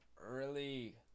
Early